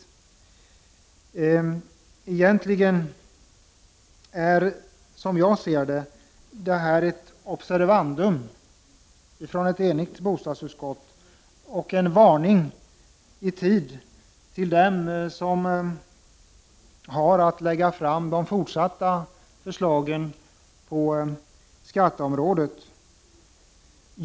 Detta är egentligen, som jag ser det, ett observandum från ett enigt bostadsutskott och en varning i tid till den som har att lägga fram de kommande förslagen på skatteområdet.